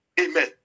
amen